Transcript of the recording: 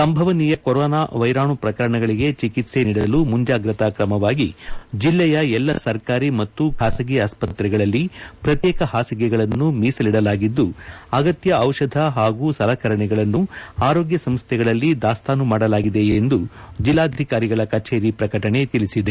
ಸಂಭವನೀಯ ಕೊರೊನಾ ವೈರಾಣು ಪ್ರಕರಣಗಳಿಗೆ ಚಿಕಿತ್ಲೆ ನೀಡಲು ಮುಂಜಾಗ್ರತಾ ಕ್ರಮವಾಗಿ ಜಿಲ್ಲೆಯ ಎಲ್ಲಾ ಸರ್ಕಾರಿ ಮತ್ತು ಖಾಸಗಿ ಆಸ್ಪತ್ರೆಗಳಲ್ಲಿ ಪ್ರತ್ಯೇಕ ಹಾಸಿಗೆಗಳನ್ನು ಮೀಸಲಿಡಲಾಗಿದ್ದು ಅಗತ್ಯ ದಿಷಧಿ ಹಾಗೂ ಸಲಕರಣೆಗಳನ್ನು ಆರೋಗ್ಯ ಸಂಸ್ಥೆಗಳಲ್ಲಿ ದಾಸ್ತಾನು ಮಾಡಲಾಗಿದೆ ಎಂದು ಜೆಲ್ಲಾಧಿಕಾರಿಗಳ ಕಚೇರಿ ಪ್ರಕಟಣೆ ತಿಳಿಸಿದೆ